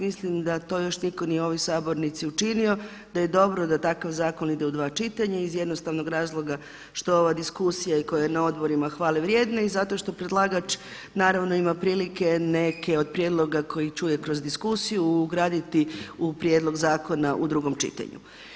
Mislim da to još nitko nije u ovoj sabornici učinio, da je dobro da takav zakon ide u dva čitanja iz jednostavnog razloga što ova diskusija koja je i na odborima hvale vrijedna i zato što predlagač naravno ima prilike neke od prijedloge koje čuje kroz diskusiju ugraditi u prijedlog zakona u drugom čitanju.